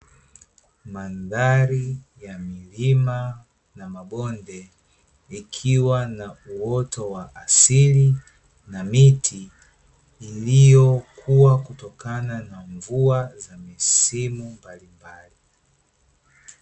Mandhari ya milima na mabonde, ikiwa na uoto wa asili na miti, iliyokuwa kutokana na mvua za misimu mbalimbali.